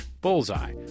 bullseye